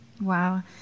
Wow